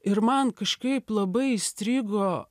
ir man kažkaip labai įstrigo